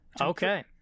Okay